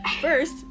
First